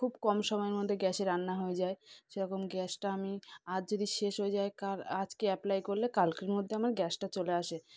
খুব কম সময়ের মধ্যে গ্যাসে রান্না হয়ে যায় সেরকম গ্যাসটা আমি আজ যদি শেষ হয়ে যায় কাল আজকে অ্যাপ্লাই করলে কালকের মধ্যে আমার গ্যাসটা চলে আসে